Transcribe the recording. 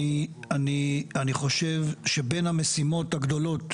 אני חושב שבין המשימות הגדולות,